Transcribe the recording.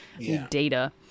data